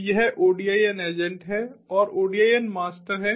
तो यह ODIN agent है और ODIN मास्टर है